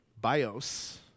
bios